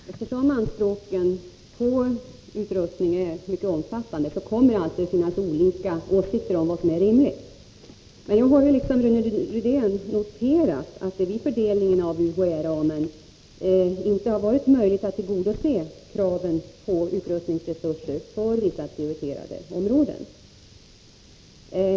Herr talman! Eftersom anspråken på utrustning är mycket omfattande kommer det alltid att finnas olika åsikter om vad som är rimligt. Men liksom Rune Rydén har jag noterat att det vid fördelningen inom UHÄ-ramen inte har varit möjligt att tillgodose kraven på utrustningsresurser för vissa prioriterade områden.